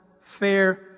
fair